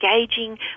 engaging